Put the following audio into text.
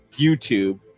YouTube